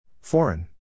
Foreign